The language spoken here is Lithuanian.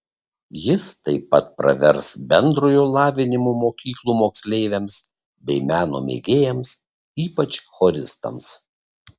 jis taip pat pravers bendrojo lavinimo mokyklų moksleiviams bei meno mėgėjams ypač choristams